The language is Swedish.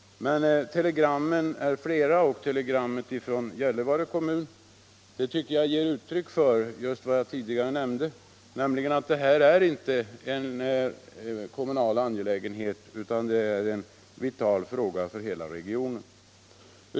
Men det finns flera telegram. Telegrammet från Gällivare kommun ger uttryck för att denna vägfråga inte är en kommunal angelägenhet utan en vital fråga för hela regionen.